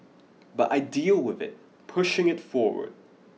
but I deal with it pushing it forward